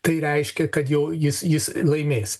tai reiškia kad jau jis jis laimės